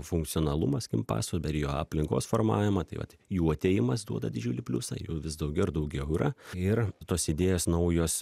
funkcionalumą skim paso dar jo aplinkos formavimą tai vat jų atėjimas duoda didžiulį pliusą jų vis daugiau ir daugiau yra ir tos idėjos naujos